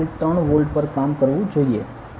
3 volt પર કામ કરવું જોઈએ